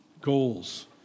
goals